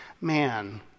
man